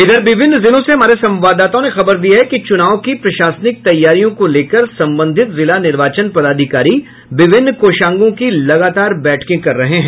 इधर विभिन्न जिलों से हमारे संवाददाताओं ने खबर दी है कि चुनाव की प्रशासनिक तैयारियों को लेकर संबंधित जिला निर्वाचन पदाधिकारी विभिन्न कोषांगों की लगातार बैठकें कर रहे हैं